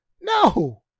no